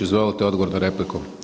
Izvolite odgovor na repliku.